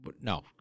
No